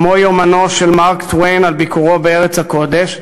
כמו יומנו של מארק טוויין על ביקורו בארץ הקודש,